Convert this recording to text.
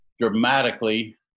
dramatically